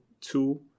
two